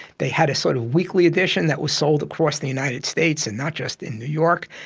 they had a sort of weekly edition that was sold across the united states and not just in new york.